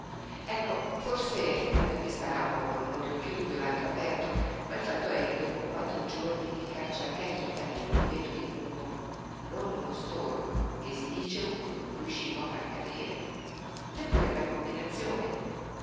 ecco forse fu perché sparammo con un occhio chiuso e l'altro aperto ma il fatto è che dopo quattro giorni di caccia accanita nell'oliveto di cumbo non uno storno che si dice uno riuscimmo a far cadere neppure per combinazione